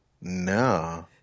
no